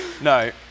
no